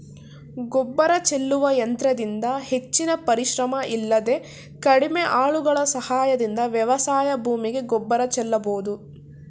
ಗೊಬ್ಬರ ಚೆಲ್ಲುವ ಯಂತ್ರದಿಂದ ಹೆಚ್ಚಿನ ಪರಿಶ್ರಮ ಇಲ್ಲದೆ ಕಡಿಮೆ ಆಳುಗಳ ಸಹಾಯದಿಂದ ವ್ಯವಸಾಯ ಭೂಮಿಗೆ ಗೊಬ್ಬರ ಚೆಲ್ಲಬೋದು